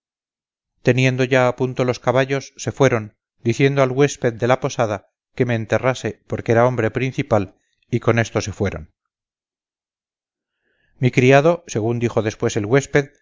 teniendo ya a punto los caballos se fueron diciendo al huésped de la posada que me enterrase porque era hombre principal y con esto se fueron mi criado según dijo después el huésped